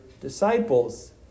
disciples